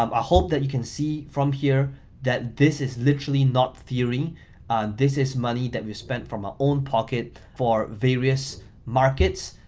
um hope that you can see from here that this is literally not theory and this is money that we spent from our own pocket for various markets.